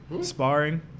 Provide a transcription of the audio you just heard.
Sparring